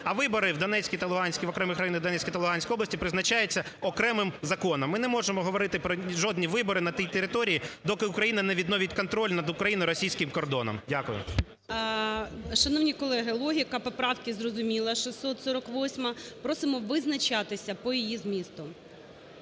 районах Донецької та Луганської області призначаються окремим законом. Ми не можемо говорити про жодні вибори на тій території, доки України не відновить контроль над україно-російським кордоном. Дякую. ГОЛОВУЮЧИЙ. Шановні колеги, логіка поправки зрозуміла 648-а. Просимо визначатися по її змісту.